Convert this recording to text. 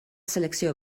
selecció